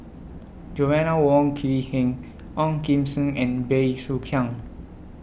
Joanna Wong Quee Heng Ong Kim Seng and Bey Soo Khiang